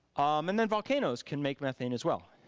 and then volcanoes can make methane as well.